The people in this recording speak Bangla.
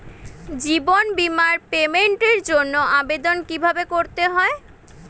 জীবন বীমার পেমেন্টের জন্য আবেদন কিভাবে করতে হয়?